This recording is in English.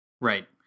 right